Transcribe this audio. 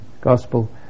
gospel